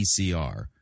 PCR